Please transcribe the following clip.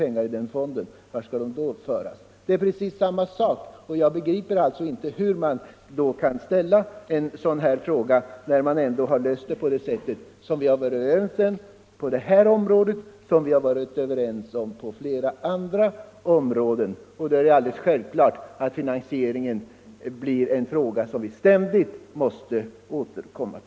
Men min fråga kvarstår: Vad händer om det blir för mycket pengar i fonden? Vart skall de då föras?